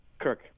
Kirk